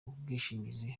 bwishingizi